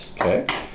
Okay